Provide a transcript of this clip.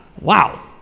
Wow